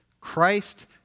Christ